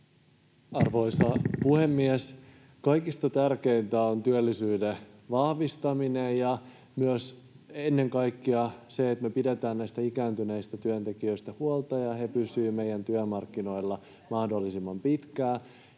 Arvoisa puhemies! Kaikista tärkeintä on työllisyyden vahvistaminen ja myös ennen kaikkea se, että me pidetään ikääntyneistä työntekijöistä huolta ja että he pysyvät meidän työmarkkinoilla mahdollisimman pitkään.